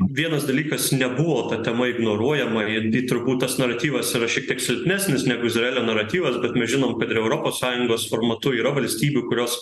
vienas dalykas nebuvo ta tema ignoruojama vien tai turbūt tas naratyvas yra šiek tiek silpnesnis negu izraelio naratyvas bet mes žinom kad ir europos sąjungos formatu yra valstybių kurios